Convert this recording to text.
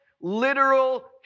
literal